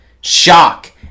Shock